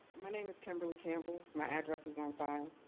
my name is kimberly campbell, my address is on file.